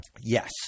yes